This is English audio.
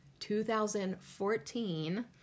2014